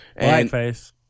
Blackface